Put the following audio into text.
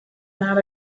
not